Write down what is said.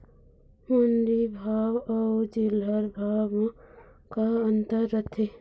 मंडी भाव अउ चिल्हर भाव म का अंतर रथे?